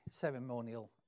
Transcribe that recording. ceremonial